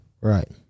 Right